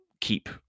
keep